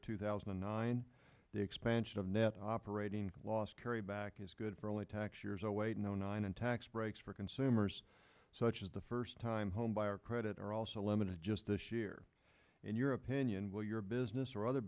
two thousand and nine the expansion of net operating loss carry back is good for only tax years away no nine in tax breaks for consumers such as the first time homebuyer credit or also limited just this year in your opinion will your business or other